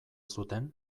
zuten